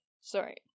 Sorry